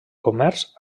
comerç